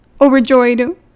overjoyed